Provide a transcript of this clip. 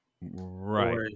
right